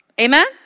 Amen